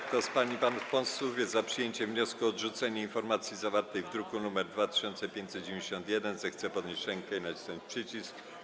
Kto z pań i panów posłów jest za przyjęciem wniosku o odrzucenie informacji zawartej w druku nr 2591, zechce podnieść rękę i nacisnąć przycisk.